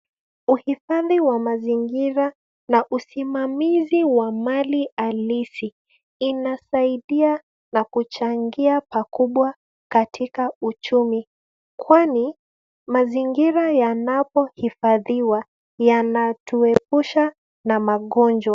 Uhifadhi wa mazingira na usimamizi wa mali halisi inasaidia na kuchangia pakubwa katika uchumi kwani mazingira yanapohifadhiwa yanatuepusha na magonjwa.